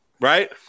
right